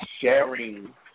sharing